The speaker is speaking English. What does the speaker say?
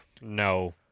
No